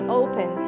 open